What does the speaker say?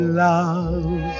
love